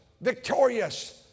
victorious